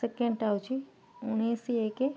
ସେକେଣ୍ଡ୍ଟା ହେଉଛି ଉଣେଇଶି ଏକ